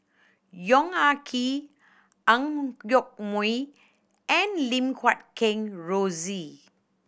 Yong Ah Kee Ang Yoke Mooi and Lim Guat Kheng Rosie